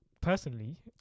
personally